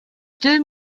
deux